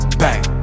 bang